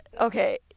okay